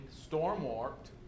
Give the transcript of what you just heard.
storm-warped